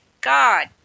God